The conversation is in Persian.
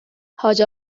حاج